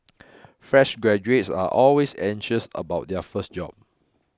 fresh graduates are always anxious about their first job